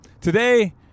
Today